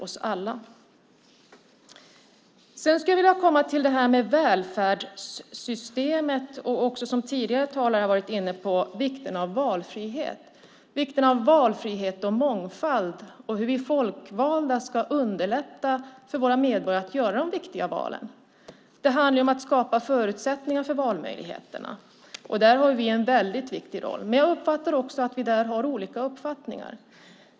Så kommer jag till välfärdssystemet och vikten av, som tidigare talare har varit inne på, valfrihet och mångfald och hur vi folkvalda ska underlätta för våra medborgare att göra de viktiga valen. Det handlar om att skapa förutsättningar för valmöjligheterna. Där har vi en väldigt viktig roll. Men jag uppfattar att vi där har olika uppfattningar.